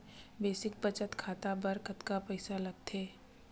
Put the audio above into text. Basic बचत खाता बर कतका पईसा लगथे?